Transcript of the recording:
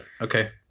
Okay